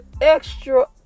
extra